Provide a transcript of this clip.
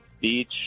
Beach